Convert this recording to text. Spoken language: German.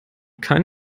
kein